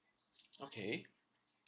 okay